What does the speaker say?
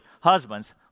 Husbands